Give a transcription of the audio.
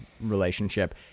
relationship